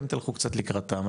אתם תלכו קצת לקראתם,